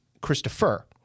Christopher